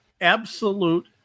absolute